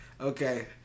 Okay